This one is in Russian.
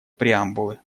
преамбулы